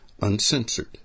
uncensored